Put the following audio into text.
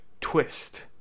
twist